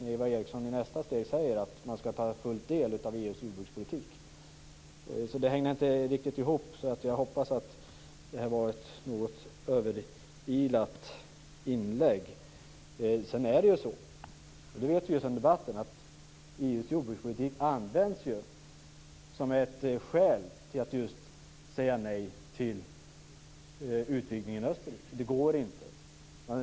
I nästa steg säger ju Eva Eriksson att man fullt ut skall ta del av EU:s jordbrukspolitik. Det hela hänger inte riktigt ihop. Jag hoppas att det var ett något överilat inlägg. Det är ju så, och det vet vi från den debatt som varit, att EU:s jordbrukspolitik används som ett skäl till att just säga nej till utvidgningen österut. Det går inte, menar man.